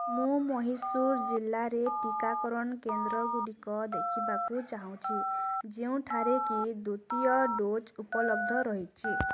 ମୁଁ ମହୀଶୂର ଜିଲ୍ଲାରେ ଟିକାକରଣ କେନ୍ଦ୍ରଗୁଡ଼ିକ ଦେଖିବାକୁ ଚାହୁଁଛି ଯେଉଁଠାରେ କି ଦ୍ୱିତୀୟ ଡୋଜ୍ ଉପଲବ୍ଧ ରହିଛି